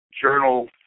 journal